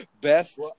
Best